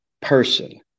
person